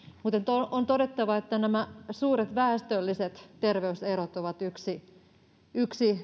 mutta on todettava että suuret väestölliset terveyserot ovat hyvinvointivaltion yksi